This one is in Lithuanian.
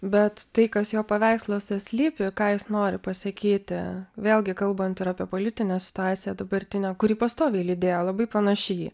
bet tai kas jo paveiksluose slypi ką jis nori pasakyti vėlgi kalbant ir apie politinę situaciją dabartinę kurį pastoviai lydėjo labai panaši ji